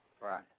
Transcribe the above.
Right